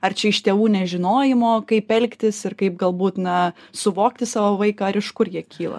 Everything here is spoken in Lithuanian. ar čia iš tėvų nežinojimo kaip elgtis ir kaip galbūt na suvokti savo vaiką ar iš kur jie kyla